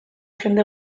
jende